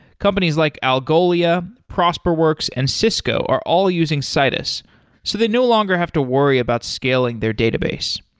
companies like algolia, prosperworks and cisco are all using citus so they no longer have to worry about scaling their database.